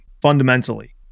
fundamentally